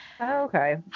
Okay